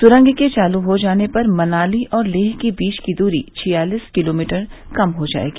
सुरंग के चालू हो जाने पर मनाली और लेह के बीच द्री छियालिस किलोमीटर कम हो जाएगी